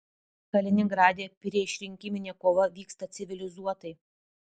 kaliningrade priešrinkiminė kova vyksta civilizuotai